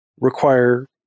require